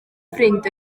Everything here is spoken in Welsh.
ffrind